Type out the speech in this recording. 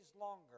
longer